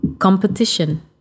Competition